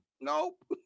Nope